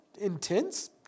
intense